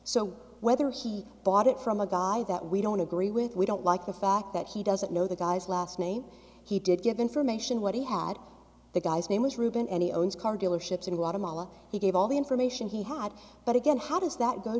so whether he bought it from a guy that we don't agree with we don't like the fact that he doesn't know the guy's last name he did give information what he had the guy's name was reuben any owns car dealerships in wa tamala he gave all the information he had but again how does that go